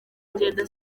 ingendo